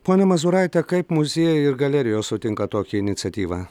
pone mazūraite kaip muziejai ir galerijos sutinka tokią iniciatyvą